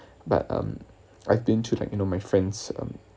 but um I've been to like you know my friends um